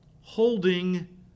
holding